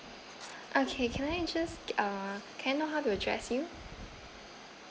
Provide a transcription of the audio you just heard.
okay can I just uh can I know how to address you